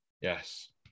Yes